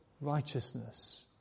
righteousness